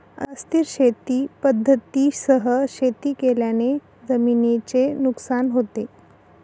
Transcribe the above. अस्थिर शेती पद्धतींसह शेती केल्याने जमिनीचे नुकसान होते